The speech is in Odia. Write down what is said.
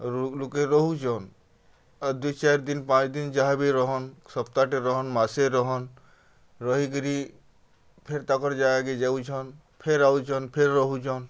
ଲୋକେ ରହୁଚନ୍ ଆଉ ଦୁଇ ଚାର୍ ଦିନ୍ ପାଞ୍ଚ୍ ଦିନ୍ ଯାହାବି ରହନ୍ ସପ୍ତାଟେ ରହନ୍ ମାସେ ରହନ୍ ରହିକିରି ଫେର୍ ତାଙ୍କର୍ ଜାଗାକେ ଯାଉଛନ୍ ଫେର୍ ଆଉଚନ୍ ଫେର୍ ରହୁଚନ୍